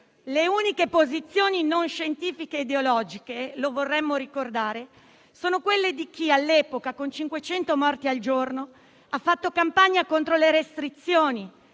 le uniche posizioni non scientifiche e ideologiche sono quelle di chi, all'epoca, con 500 morti al giorno, ha fatto campagna contro le restrizioni